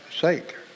sake